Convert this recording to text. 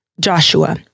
Joshua